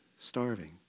starving